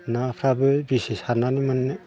नाफ्राबो बेसे सारनानै मोननो